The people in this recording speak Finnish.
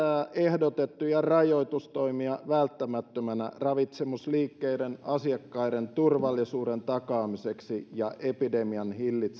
ehdotettuja rajoitustoimia välttämättömänä ravitsemusliikkeiden asiakkaiden turvallisuuden takaamiseksi ja epidemian